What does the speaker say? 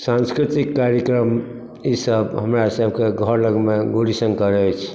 सांस्कृतिक कार्यक्रम ई सभ हमरा सभके घर लगमे गौरी शङ्कर अछि